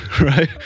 right